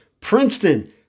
Princeton